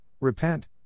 Repent